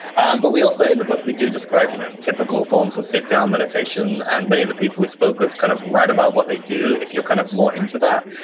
and but we also, in the book, we do describe, you know typical forms of sit down meditation. and many of the people we spoke with, kind of write about what they do if you're kind of more into that.